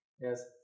Yes